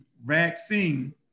vaccine